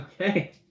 Okay